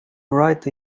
write